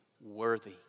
Worthy